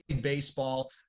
baseball